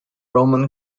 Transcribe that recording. roman